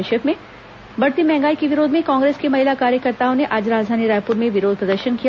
संक्षिप्त समाचार बढ़ती महंगाई के विरोध में कांग्रेस की महिला कार्यकर्ताओं ने आज राजधानी रायपुर में विरोध प्रदर्शन किया